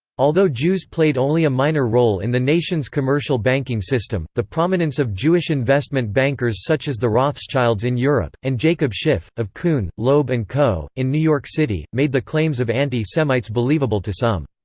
although jews played only a minor role in the nation's commercial banking system, the prominence of jewish investment bankers such as the rothschilds in europe, and jacob schiff, of kuhn, loeb and co. in new york city, made the claims of anti-semites believable to some.